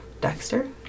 Dexter